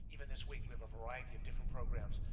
even this week with a variety of different programs,